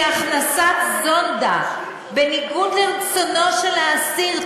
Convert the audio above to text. כי הכנסת זונדה בניגוד לרצונו של האסיר,